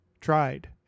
tried